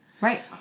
Right